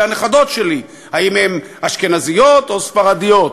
הנכדות שלי: האם הן אשכנזיות או ספרדיות,